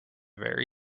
very